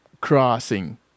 crossing